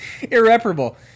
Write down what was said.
Irreparable